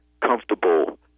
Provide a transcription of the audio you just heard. comfortable